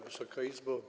Wysoka Izbo!